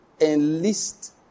enlist